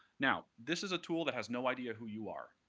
now this is a tool that has no idea who you are.